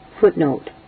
Footnote